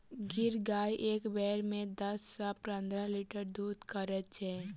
गिर गाय एक बेर मे दस सॅ पंद्रह लीटर दूध करैत छै